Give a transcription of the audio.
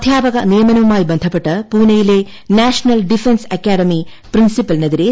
അധ്യാപക നിയമനവുമായി ബന്ധപ്പെട്ട് പൂനെയിലെ നാഷണൽ ഡിഫൻസ് അക്കാദമി പ്രിൻസിപ്പിലിനെതിരെ സി